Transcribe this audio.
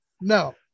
No